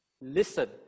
Listen